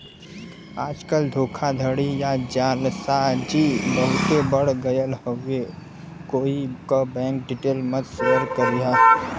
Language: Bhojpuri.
आजकल धोखाधड़ी या जालसाजी बहुते बढ़ गयल हउवे कोई क बैंक डिटेल मत शेयर करिहा